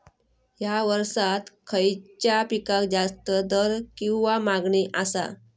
हया वर्सात खइच्या पिकाक जास्त दर किंवा मागणी आसा?